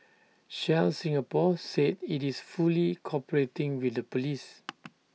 Shell Singapore said IT is fully cooperating with the Police